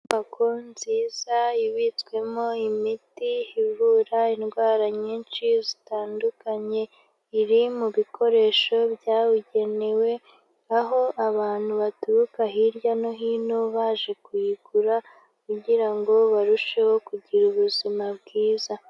Inyubako nziza ibitswemo imiti ivura indwara nyinshi zitandukanye. Iri mu bikoresho byabugenewe, aho abantu baturuka hirya no hino baje kuyigura kugira ngo barusheho kugira ubuzima bwiza.